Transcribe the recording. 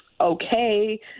okay